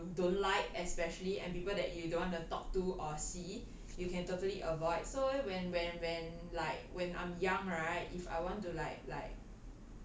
err you don't like especially and people that you don't want to talk to or see you can totally avoid so when when when like when I'm young right if I want to like like